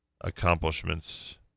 accomplishments